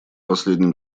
последнем